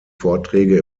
vorträge